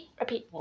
repeat